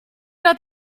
dat